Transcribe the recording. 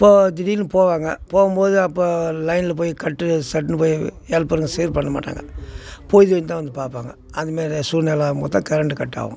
இப்போ திடீர்னு போவாங்க போகும்போது அப்போ லைனில் போய் கட்டு சட்டுனு போய் ஹெல்ப்பர்ங்க சீர் பண்ணமாட்டாங்க பொழுது விடிஞ்சிதான் வந்து பார்ப்பாங்க அதுமாரி சூழ்நிலை ஆகும் போது தான் கரண்ட்டு கட் ஆகும்